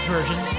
version